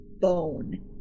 bone